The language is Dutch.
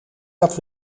dat